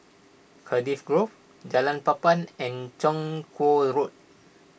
Cardiff Grove Jalan Papan and Chong Kuo Road